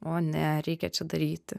o ne reikia čia daryti